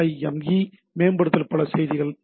ஈ மேம்படுத்தல் மற்றும் பல இருக்கும்